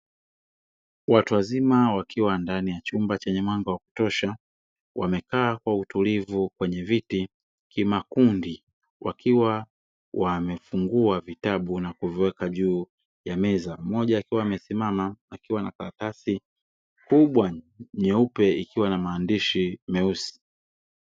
Watu wazima wakiwa ndani ya chumba chenye mwanga wa kutosha, wamekaa kwa utulivu kwenye viti kimakundi, wakiwa wamefungua vitabu na kuviweka juu ya meza. Mmoja akiwa amesimama, akiwa na karatasi kubwa nyeupe ikiwa na maandishi meusi.